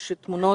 יש תמונות.